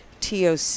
TOC